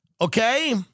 okay